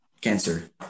cancer